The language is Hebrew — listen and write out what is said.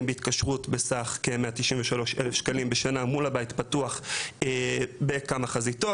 בהתקשרות בסך כ-193,000 שקלים בשנה מול הבית הפתוח בכמה חזיתות.